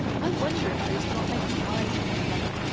i wonder if those two aren't making eyes at one another.